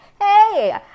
hey